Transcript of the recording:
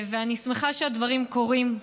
ואני שמחה שהדברים קורים,